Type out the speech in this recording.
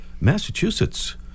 Massachusetts